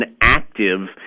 active